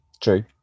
true